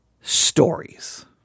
stories